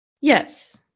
yes